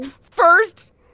first